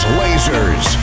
lasers